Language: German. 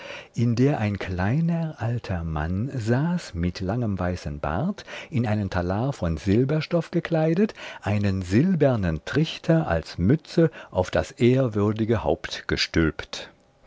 in der ein kleiner alter mann saß mit langem weißen bart in einen talar von silberstoff gekleidet einen silbernen trichter als mütze auf das ehrwürdige haupt gestülpt